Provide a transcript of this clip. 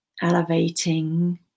elevating